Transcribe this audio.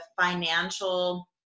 financial